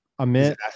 Amit